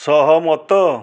ସହମତ